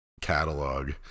catalog